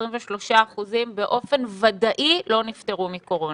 23% באופן ודאי לא נפטרו מקורונה.